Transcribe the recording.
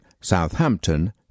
Southampton